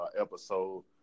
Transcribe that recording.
episode